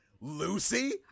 Lucy